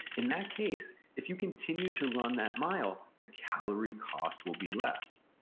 in that case, if you continued to run that mile, the calorie cost will be less,